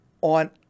on